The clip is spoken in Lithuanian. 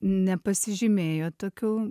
nepasižymėjo tokių